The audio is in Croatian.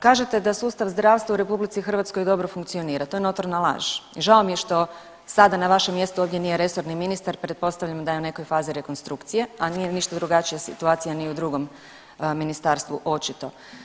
Kažete da sustav zdravstva u RH dobro funkcionira, to je notorna laž i žao mi je što sada na vašem mjestu ovdje nije resorni ministar, pretpostavljam da je u nekoj fazi rekonstrukcije a nije ništa druga situacija ni u drugom ministarstvu očito.